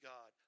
God